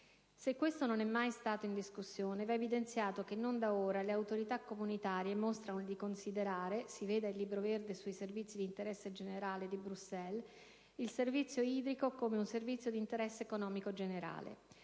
Se questo non è mai stato in discussione, va evidenziato che non da ora le autorità comunitarie mostrano di considerare (si veda il "Libro verde sui servizi di interesse generale" di Bruxelles) il servizio idrico come un "servizio di interesse economico generale".